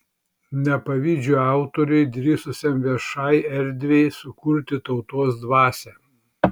nepavydžiu autoriui drįsusiam viešai erdvei sukurti tautos dvasią